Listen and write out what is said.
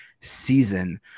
season